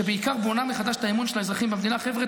שבעיקר בונה מחדש את האמון של האזרחים במדינה: חבר'ה,